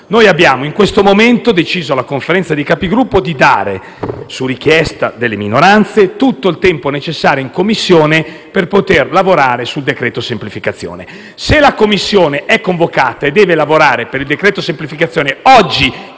abbiamo in questo momento deciso in Conferenza dei Capigruppo di dare, su richiesta delle minoranze, tutto il tempo necessario in Commissione per poter lavorare sul decreto-legge semplificazioni. Se la Commissione è convocata e deve lavorare per il decreto semplificazione oggi